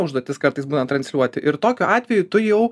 užduotis kartais būna transliuoti ir tokiu atveju tu jau